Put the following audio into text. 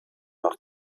nach